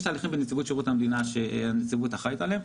יש תהליכים בנציבות שירות המדינה שהיא אחראית עליהם.